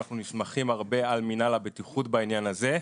אנחנו נסמכים הרבה על מינהל הבטיחות בעניין הזה.